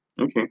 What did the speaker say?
Okay